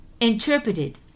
interpreted